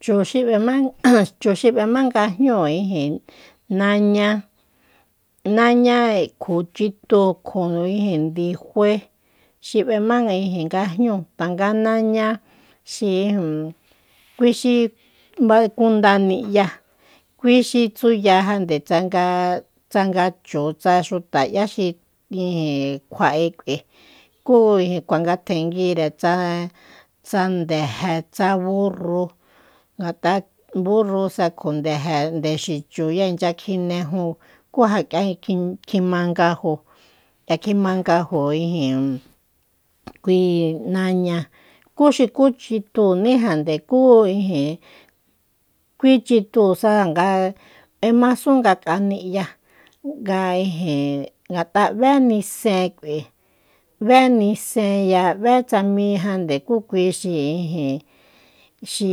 Chu xi ꞌbema chu xi ꞌbema ngajnu ijin naña naña kju chitu kju ijin ndifue xi ꞌbema ijin ngajnu tangá naña xi ijin kui xi kunda niꞌya kui xi tsuya jande tsanga tsanga chu tsa xuta ꞌya ijin kjuaꞌi kꞌui kú ijin kuangatjenguire tsa tsa ndeje tsa burru ngatꞌa burrusa kju ndeje ndexichuya inche kjinejun kú ja kꞌia kjimangaju kꞌia kjimangaju ijin kui naña kú xukú chituni jande kú ijin kui chitusa nga ꞌbemasun ngakꞌa niꞌya nga ijin ngatꞌa ꞌbé nisen kꞌui ꞌbé nisenya ꞌbe tsamijande kú kui xi ijin xi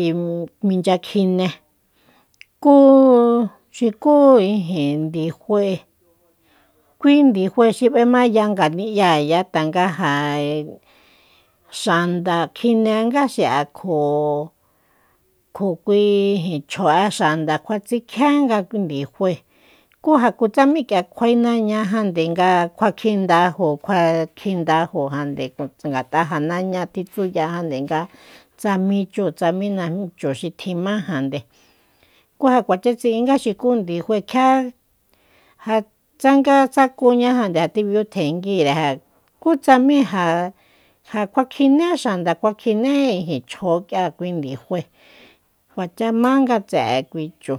mincha kjine kúu xukú ijin ndifue kui ndifue xi ꞌbemaya nganiꞌyaya tanga ja xanda kjinenga xiꞌa kju- kjukui ijin chjoꞌe xanda kjuatsikjienga kui ndifue kú ja kjutsajmi kꞌia kjue nañajande nga kjuakjindajo kjua kjindajojande ngata ja naña tjitsuya jande nga tsa mi chu tsa mi najmi chu xi tjima jande kú ja kuacha tsiꞌinga xu kú ndifue kjia je tsanga sakuñajande ja tjibiyutjenguire kú tsajmi ja kjuakjiné xanda kjuakjiné chjoo kꞌia kui ndifue kuacha ma nga tseꞌe kui chu.